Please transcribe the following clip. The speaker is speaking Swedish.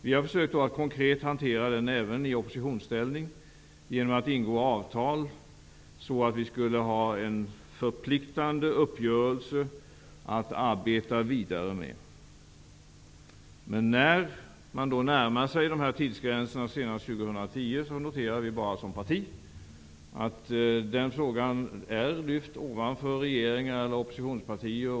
Även i oppositionsställning har vi i Centern försökt att konkret hantera den här frågan för att genom avtal få en förpliktande uppgörelse att arbeta vidare med. När nu tidsgränsen år 2010 närmar sig, noterar vi som parti att den frågan är lyft ovanför regeringen och oppositionspartierna.